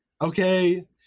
okay